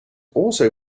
also